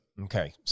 Okay